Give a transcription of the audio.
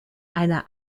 eine